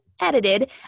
edited